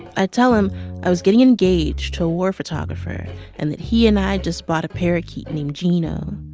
i'd tell him i was getting engaged to a war photographer and that he and i just bought a parakeet named gino,